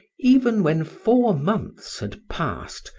even when four months had passed,